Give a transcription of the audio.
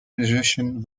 musician